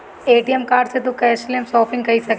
ATM card से तू cashless shopping कई सकेला